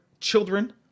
children